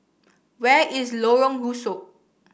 where is Lorong Rusuk